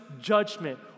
judgment